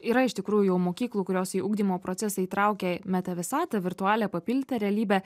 yra iš tikrųjų mokyklų kurios į ugdymo procesą įtraukė metavisatą virtualią papildytą realybę